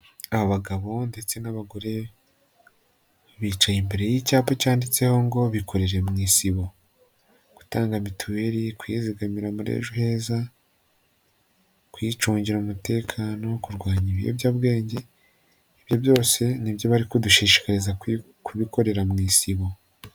Abagabo ndetse n'abagore bicaye imbere y'icyapa cyanditseho ngo bikorere mu isibo, gutanga mituweli, kwizigamira muri ejo heza, kwicungira umutekano, kurwanya ibiyobyabwenge, ibyo byose nibyo bari kudushishikariza kubikorera mu isibo.